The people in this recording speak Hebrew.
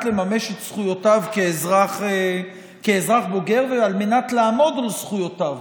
לממש את זכויותיו כאזרח בוגר ועל מנת לעמוד על זכויותיו